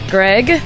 Greg